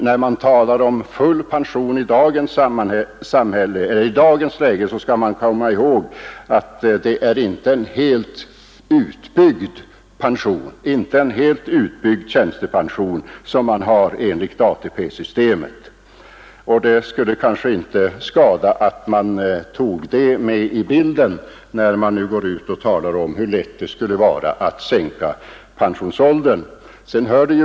När det talas om full pension, skall vi komma ihåg att det i dagens läge enligt ATP-systemet inte blir fråga om en helt utbyggd tjänstepension. Det skulle kanske inte skada om detta toges med i bilden, när man framhåller hur lätt det skulle vara att sänka pensionsåldern.